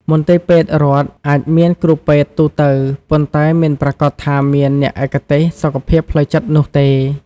មន្ទីរពេទ្យរដ្ឋអាចមានគ្រូពេទ្យទូទៅ ប៉ុន្តែមិនប្រាកដថាមានអ្នកឯកទេសសុខភាពផ្លូវចិត្តនោះទេ។